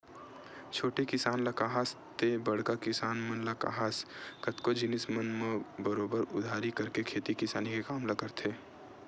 छोटे किसान ल काहस ते बड़का किसान मन ल काहस कतको जिनिस मन म बरोबर उधारी करके खेती किसानी के काम ल करथे